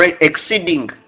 exceeding